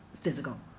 Physical